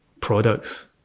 products